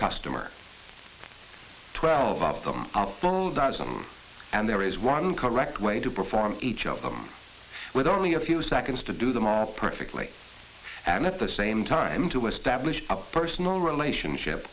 customer twelve of them are all done and there is one correct way to perform each of them with only a few seconds to do them are perfectly and at the same time to establish a personal relationship